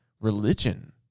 religion